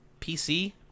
PC